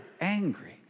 angry